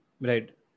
Right